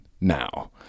now